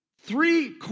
three